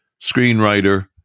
screenwriter